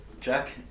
Jack